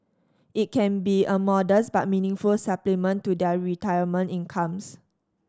it can be a modest but meaningful supplement to their retirement incomes